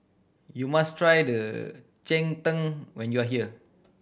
you must tried cheng tng when you are here